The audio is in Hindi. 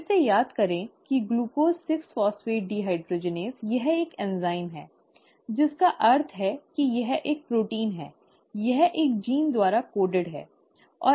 फिर से याद करें कि 'Glucose 6 Phosphate Dehydrogenase' यह एक एंजाइम है जिसका अर्थ है कि यह एक प्रोटीन है यह एक जीन द्वारा कोडेड है है ना